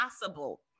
possible